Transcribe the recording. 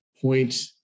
point